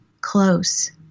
close